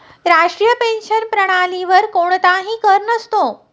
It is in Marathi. राष्ट्रीय पेन्शन प्रणालीवर कोणताही कर नसतो